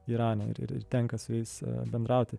irane ir ir tenka su jais bendrauti